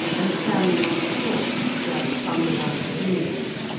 and standing on the floor just under one of the windows,